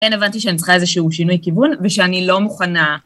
כן, הבנתי שאני צריכה איזשהו שינוי כיוון ושאני לא מוכנה.